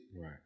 Right